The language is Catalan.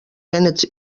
vènets